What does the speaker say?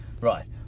Right